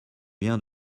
viens